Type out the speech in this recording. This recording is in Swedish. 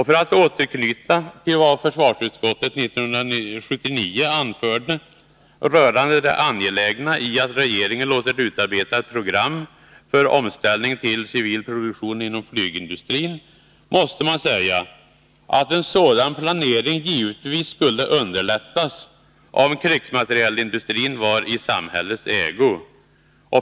För att återknyta till vad försvarsutskottet 1979 anförde rörande det angelägna i att regeringen låter utarbeta ett program för omställning till civil produktion inom flygindustrin, måste man säga att en sådan planering givetvis skulle underlättas, om krigsmaterielindustrin vore i samhällets ägo.